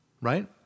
right